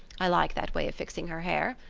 i like that way of fixing her hair.